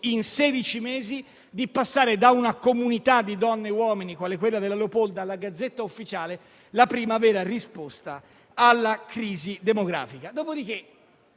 in sedici mesi, di passare da una comunità di donne e di uomini, quale è quella della Leopolda, alla *Gazzetta Ufficiale*, dando la prima vera risposta alla crisi demografica.